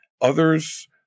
Others